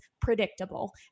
predictable